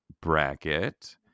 bracket